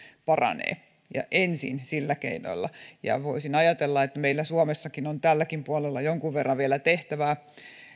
paranee ja ensin sillä keinolla voisin ajatella että meillä suomessakin on tälläkin puolella jonkun verran vielä tehtävää